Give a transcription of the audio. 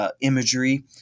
imagery